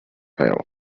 payoff